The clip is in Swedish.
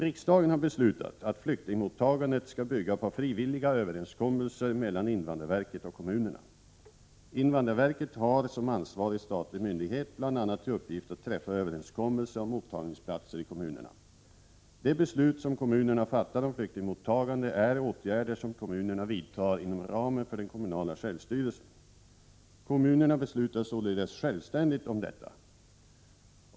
Riksdagen har beslutat att flyktingmottagandet skall bygga på frivilliga överenskommelser mellan invandrarverket och kommunerna. Invandrarverket har som ansvarig statlig myndighet bl.a. till uppgift att träffa överenskommelser om mottagningsplatser i kommunerna. De beslut som kommunerna fattar om flyktingmottagande är åtgärder som kommunerna vidtar inom ramen för den kommunala självstyrelsen. Kommunerna beslutar således självständigt om detta.